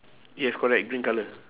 yes correct green colour